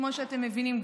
כמו שאתם מבינים,